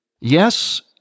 yes